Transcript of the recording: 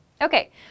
Okay